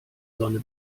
sonne